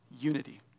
unity